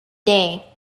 day